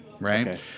Right